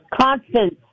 Constance